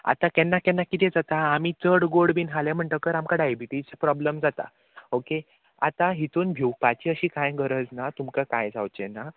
आतां केन्ना केन्ना कितें जाता आमी चड गोड बीन खालें म्हणटकच आमकां डायबिटीज प्रोब्लेम जाता ओके आतां हितून भिवपाची अशी कांय गरज ना तुमकां कांय जावचें ना